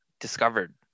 discovered